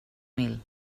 mil